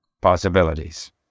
possibilities